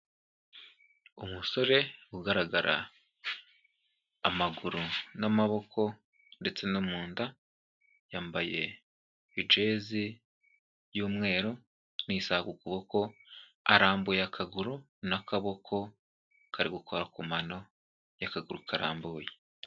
Umusore ugaragara amaguru n'amaboko ndetse no mu nda, yambaye ijezi y'umweru n'isaka ku kuboko, arambuye akaguru n'akaboko kari gukora ku mano y'akaguru karambuye.